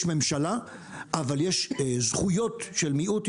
יש ממשלה אבל יש זכויות של מיעוט,